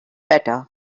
better